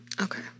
Okay